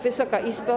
Wysoka Izbo!